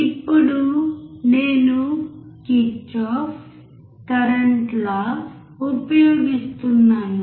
ఇప్పుడు నేను Kirchhoff current law ఉపయోగిస్తున్నాను